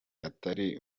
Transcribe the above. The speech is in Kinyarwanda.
atari